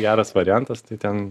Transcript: geras variantas tai ten